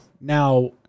Now